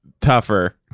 tougher